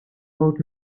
old